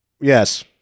Yes